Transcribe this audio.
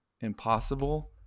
impossible